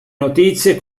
notizie